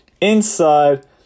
inside